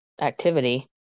activity